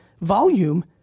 volume